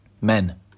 Men